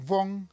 Wong